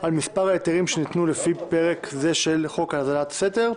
על מספר ההיתרים שנתנו לפי פרק זה של חוק האזנת סתר.